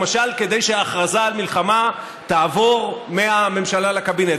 למשל כדי שהכרזה על מלחמה תעבור מהממשלה לקבינט.